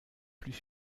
plus